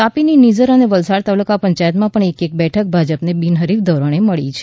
તાપી ની નિઝર અને વલસાડ તાલુકા પંચાયત માં પણ એક એક બેઠક ભાજપ ને બિનહરીફ ધોરણે મળી છે